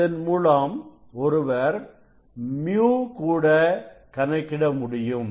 இதன்மூலம் ஒருவர் µ கூட கணக்கிட முடியும்